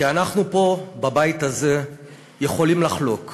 כי אנחנו פה בבית הזה יכולים לחלוק,